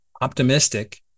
optimistic